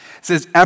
says